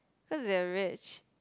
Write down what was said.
cause they're rich